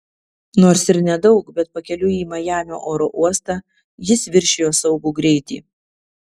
nors ir nedaug bet pakeliui į majamio oro uostą jis viršijo saugų greitį